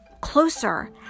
closer